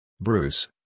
Bruce